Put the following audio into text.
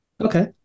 Okay